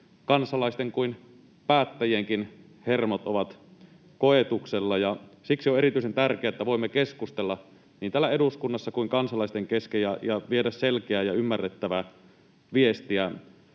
kansalaisten kuin päättäjienkin hermot ovat koetuksella. Siksi on erityisen tärkeää, että voimme keskustella niin täällä eduskunnassa kuin kansalaisten kesken ja viedä selkeää ja ymmärrettävää viestiä